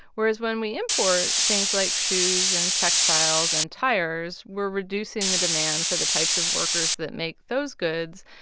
whereas when we import things like shoes and textiles and tires, we're reducing the demand for the types of workers that make those goods.